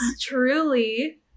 truly